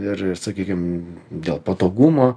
ir ir sakykime dėl patogumo